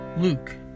Luke